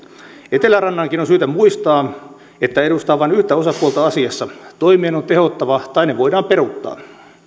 etelärannankin on syytä muistaa että edustaa vain yhtä osapuolta asiassa toimien on tehottava tai ne voidaan peruuttaa